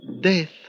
Death